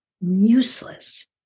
useless